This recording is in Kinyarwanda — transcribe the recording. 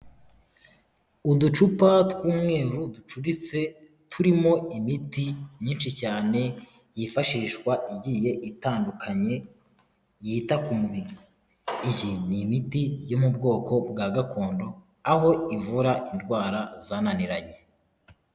Uducupa tw'umweru ducuditse turimo imiti myinshi cyane, yifashishwa igiye itandukanye yita ku mubiri, iyi ni imiti yo mu bwoko bwa gakondo aho ivura indwara zananiranye.